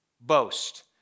Boast